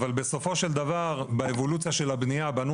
אבל בסופו של דבר באבולוציה של הבנייה בנו